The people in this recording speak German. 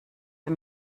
für